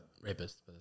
rapist